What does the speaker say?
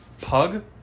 Pug